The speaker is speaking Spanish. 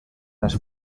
las